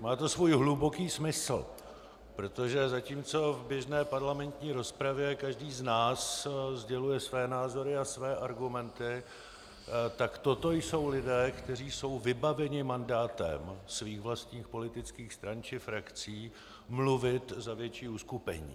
Má to svůj hluboký smysl, protože zatímco v běžné parlamentní rozpravě každý z nás sděluje své názory a své argumenty, tak toto jsou lidé, kteří jsou vybaveni mandátem svých vlastních politických stran či frakcí mluvit za větší uskupení.